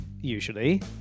usually